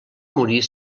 morir